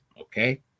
okay